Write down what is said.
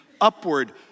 upward